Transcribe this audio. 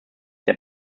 der